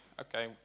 okay